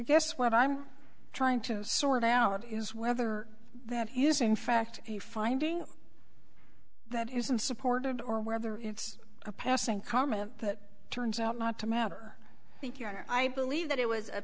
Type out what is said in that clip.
guess what i'm trying to sort out is whether that using fact a finding that isn't supported or whether it's a passing comment that turns out not to matter i think your honor i believe that it was a